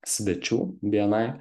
svečių bni